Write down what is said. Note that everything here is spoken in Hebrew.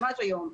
ממש היום.